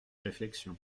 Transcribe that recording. réflexion